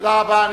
תודה רבה.